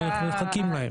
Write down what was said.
למה אנחנו מחכים להם?